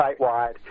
statewide